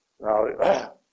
Now